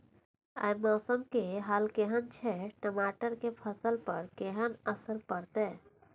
आय मौसम के हाल केहन छै टमाटर के फसल पर केहन असर परतै?